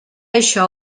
això